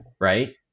right